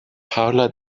paula